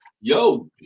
yo